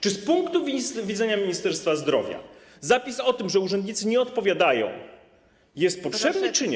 Czy z punktu widzenia Ministerstwa Zdrowia zapis o tym, że urzędnicy nie odpowiadają, jest potrzebny, czy nie?